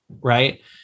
right